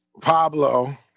Pablo